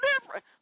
different